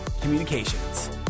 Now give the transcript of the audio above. Communications